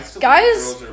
guys